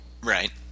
Right